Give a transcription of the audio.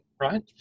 right